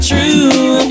True